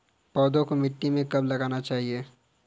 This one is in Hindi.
पौधों को मिट्टी में कब लगाना चाहिए?